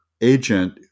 agent